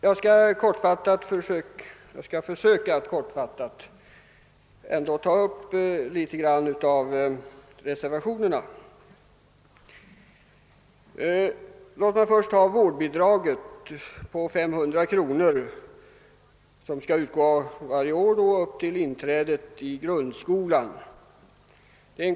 Jag skall försöka att kortfattat ta upp några av reservationerna. Låt mig först beröra reservationen 3 som är fogad vid andra lagutskottets utlåtande nr 40. I denna krävs införande av ett vårdbidrag på 500 kr. som skall utgå varje år fram till barnets inträde i grundskolan.